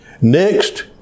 Next